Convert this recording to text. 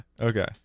okay